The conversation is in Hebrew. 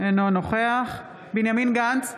אינו נוכח בנימין גנץ,